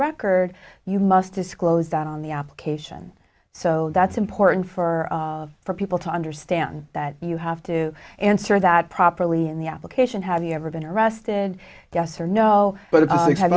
record you must disclose that on the application so that's important for for people to understand that you have to answer that properly in the application have you ever been arrested yes or no